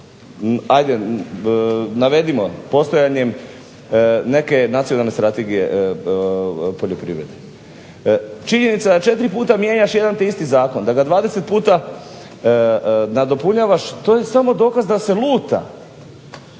ajde navedimo postojanjem neke nacionalne strategije u poljoprivredi. Činjenica da 4 puta mijenjaš jedan te isti zakon da ga 20 puta nadopunjavaš to je samo dokaz da se luta